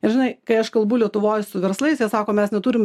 ir žinai kai aš kalbu lietuvoj su verslais jie sako mes neturim